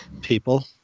People